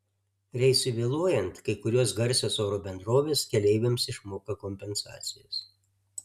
reisui vėluojant kai kurios garsios oro bendrovės keleiviams išmoka kompensacijas